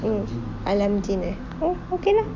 mm alam jin ah oh okay lah